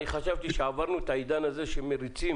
אני חשבתי שעברנו את העידן הזה שמריצים